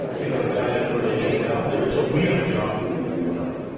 you know that information's out there, so we have a job to do, you and i.